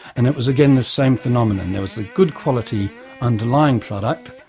and it was again this same phenomenon. there was the good quality underlying product,